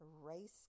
Race